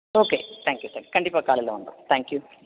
okay thank you thank you கண்டிப்பாக காலையில் வந்துடும் தேங்க்யூ